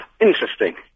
interesting